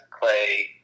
Clay